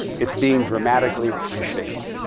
it's being dramatically reshaped.